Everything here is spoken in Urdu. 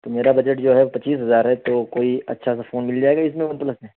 تو میرا بجٹ جو ہے پچیس ہزار ہے تو کوئی اچھا سا فون مل جائے گا اس میں ون پلس میں